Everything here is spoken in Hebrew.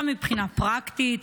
גם מבחינה פרקטית.